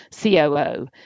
COO